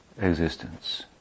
existence